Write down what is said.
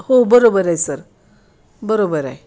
हो बरोबर आहे सर बरोबर आहे